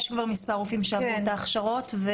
יש מספר רופאים שעברו את ההכשרות.